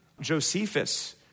Josephus